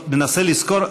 אני מנסה לזכור,